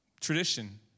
tradition